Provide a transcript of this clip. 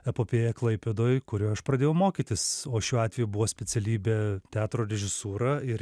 epopėja klaipėdoj kurioj aš pradėjau mokytis o šiuo atveju buvo specialybė teatro režisūra ir